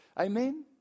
Amen